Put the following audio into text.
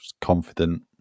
confident